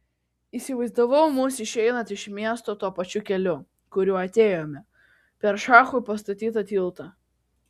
įsivaizdavau mus išeinant iš miesto tuo pačiu keliu kuriuo atėjome per šachui pastatytą tiltą